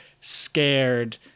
scared